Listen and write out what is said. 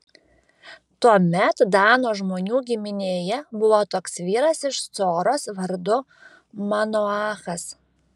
tuomet dano žmonių giminėje buvo toks vyras iš coros vardu manoachas